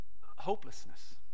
hopelessness